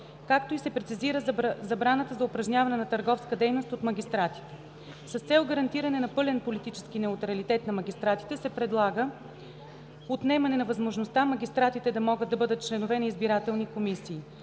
както и се прецизира забраната за упражняване на търговска дейност от магистратите. С цел гарантиране на пълен политически неутралитет на магистратите се предлага отнемане на възможността магистратите да могат да бъдат членове на избирателни комисии.